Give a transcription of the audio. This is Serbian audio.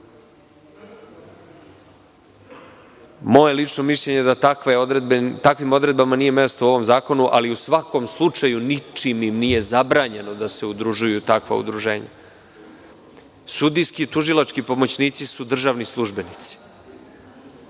Moje lično mišljenje je da takvim odredbama nije mesto u ovom zakonu, ali u svakom slučaju ničim im nije zabranjeno da se udružuju u takva udruženja. Sudijski i tužilački pomoćnici su državni službenici.